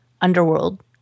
underworld